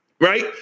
Right